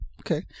Okay